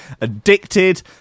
addicted